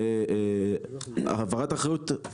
אני קודם כל רוצה להודות לשר על הדיווח,